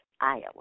Iowa